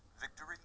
Victory